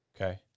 Okay